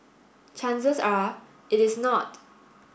chances are it is not